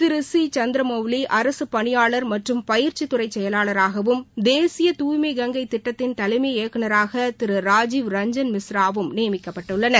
திரு C Chandramouli அரசுப் பணியாளர் மற்றும் பயிற்சித்துறை செயலராகவும் தேசிய தூய்மை கங்கை திட்டத்தின் தலைமை இயக்குநராக திரு ராஜீவ் ரஞ்ஜன் மிஸ்ராவும் நியமிக்கப்பட்டுள்ளனர்